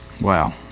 Wow